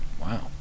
Wow